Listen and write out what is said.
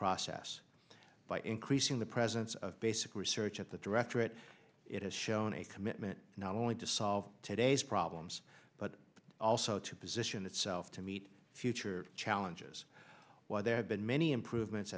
process by increasing the president's basic research at the directorate it has shown a commitment not only to solve today's problems but also to position itself to meet future challenges while there have been many improvements